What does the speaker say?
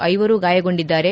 ಐವರು ಗಾಯಗೊಂಡಿದ್ದಾರೆ